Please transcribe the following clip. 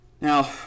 Now